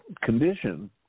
condition